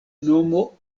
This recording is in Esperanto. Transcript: nomo